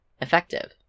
effective